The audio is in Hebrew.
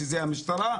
שזו המשטרה,